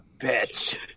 bitch